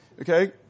Okay